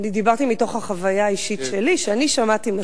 דיברתי מתוך החוויה האישית שלי, שאני שמעתי מספיק.